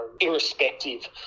irrespective